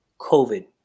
COVID